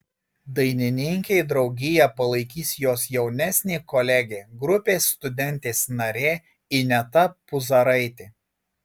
dainininkei draugiją palaikys jos jaunesnė kolegė grupės studentės narė ineta puzaraitė